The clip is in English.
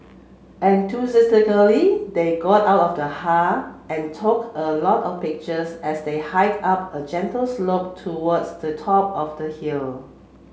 enthusiastically they got out of the car and took a lot of pictures as they hike up a gentle slope towards the top of the hill